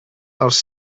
els